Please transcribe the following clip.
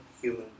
human